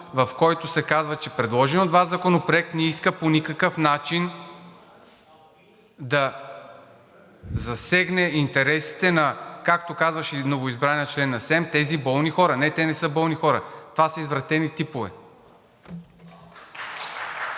в който се каза, че предложения от Вас Законопроект не иска по никакъв начин да засегне интересите, както казваше новоизбрания член на СЕМ, тези болни хора. Не, те не са болни хора. Това са извратени типове.